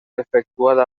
efectuada